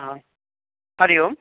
ह हरिः ओम्